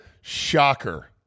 Shocker